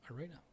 arena